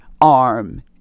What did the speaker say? arm